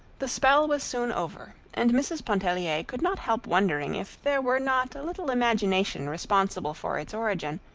the spell was soon over, and mrs. pontellier could not help wondering if there were not little imagination responsible for its origin,